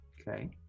Okay